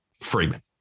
Freeman